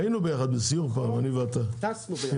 היינו פעם בסיור ביחד, אני ואתה, במסוק.